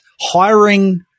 hiring